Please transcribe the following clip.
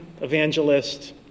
evangelist